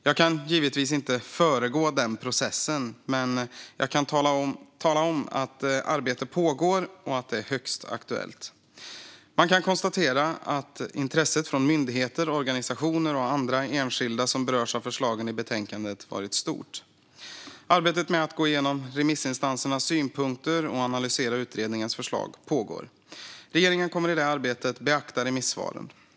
Jag kan givetvis inte föregå den processen, men jag kan tala om att arbetet pågår och att det är högst aktuellt. Man kan konstatera att intresset från myndigheter, organisationer och andra enskilda som berörs av förslagen i betänkandet har varit stort. Arbetet med att gå igenom remissinstansernas synpunkter och analysera utredningens förslag pågår. Regeringen kommer i det arbetet att beakta remissvaren.